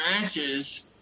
matches